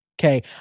okay